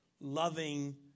loving